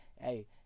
Hey